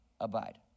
abide